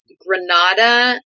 Granada